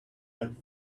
are